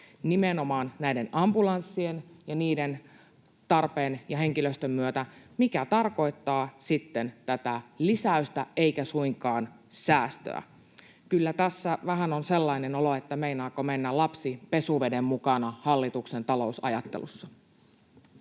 nimenomaan näiden ambulanssien ja niiden tarpeen ja henkilöstön myötä, mikä tarkoittaa sitten lisäystä eikä suinkaan säästöä. Kyllä tässä vähän on sellainen olo, että meinaako mennä lapsi pesuveden mukana hallituksen talousajattelussa.